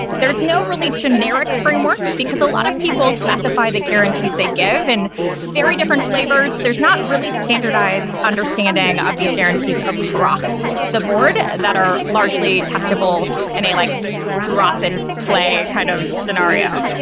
there is no really generic framework, because a lot of people specify the guarantees they give in very different flavors. there's not really standardized understanding of these guarantees across the board that are largely testable in a like drop and play kind of scenario.